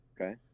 okay